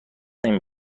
نمی